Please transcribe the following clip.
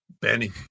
Benny